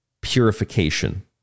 purification